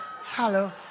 hello